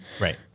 Right